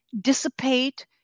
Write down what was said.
dissipate